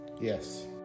Yes